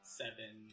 seven